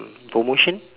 promotion